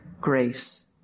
grace